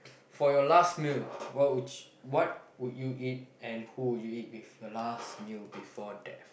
for your last meal what would you what would you eat and who will you eat with your last meal before death